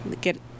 get